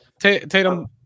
Tatum